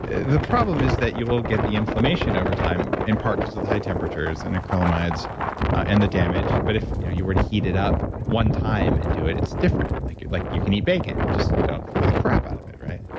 the problem is that you will get the inflammation over time in part because of the high temperatures and acrylamides and the damage, but if you already heat it up one time and do it, it's different. like like you can eat bacon. just don't fry the crap out of it, right?